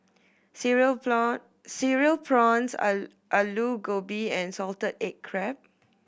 cereal prawn Cereal Prawns Aloo Gobi and salted egg crab